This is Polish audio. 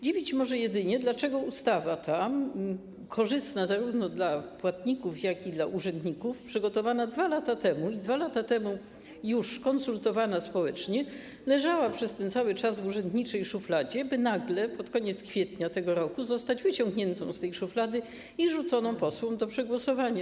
Dziwić może jedynie, dlaczego ustawa ta, korzystna zarówno dla płatników, jak i dla urzędników, przygotowana 2 lata temu i 2 lata temu już konsultowana społecznie, leżała przez ten cały czas w urzędniczej szufladzie, by nagle pod koniec kwietnia tego roku zostać wyciągniętą z tej szuflady i rzuconą posłom do przegłosowania.